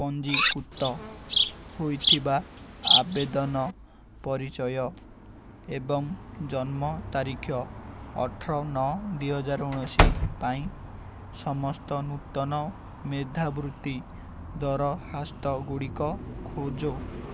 ପଞ୍ଜୀକୃତ ହୋଇଥିବା ଆବେଦନ ପରିଚୟ ଏବଂ ଜନ୍ମ ତାରିଖ ଅଠର ନଅ ଦୁଇ ହଜାର ଉଣେଇଶ ପାଇଁ ସମସ୍ତ ନୂତନ ମେଧାବୃତ୍ତି ଦରଖାସ୍ତଗୁଡ଼ିକ ଖୋଜ